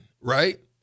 right